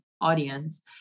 audience